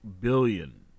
billion